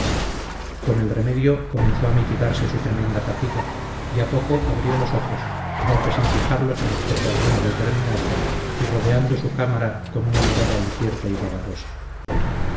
con el remedio comenzó a mitigarse su tremenda fatiga y a poco abrió los ojos aunque sin fijarlos en objeto alguno determinado y rodeando su cámara con una mirada incierta y vagarosa